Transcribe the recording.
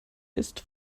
ist